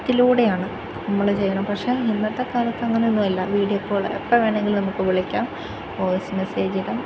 കത്തിലൂടെ ആണ് നമ്മൾ ചെയ്തിരുന്നത് പക്ഷേ ഇന്നത്തെ കാലത്ത് അങ്ങനെയൊന്നുമല്ല വീഡിയോ കോൾ എപ്പോൾ വേണമെങ്കിലും നമുക്ക് വിളിക്കാം വോയിസ് മെസ്സേജ് ഇടാം